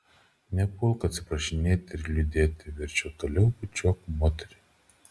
nepulk atsiprašinėti ir liūdėti verčiau toliau bučiuok moterį